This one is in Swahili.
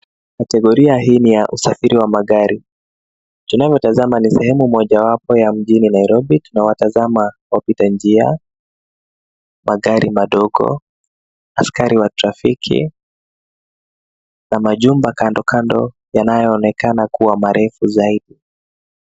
Kategoria hii ni ya usafiri wa magari. Tunavyotazama ni sehemu mojawapo ya mjini Nairobi. Tunawatazama wapita njia, magari madogo, askari wa trafiki na majumba kandokando yanayoonekana kuwa marefu zaidi.